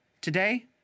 Today